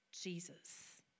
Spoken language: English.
Jesus